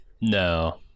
No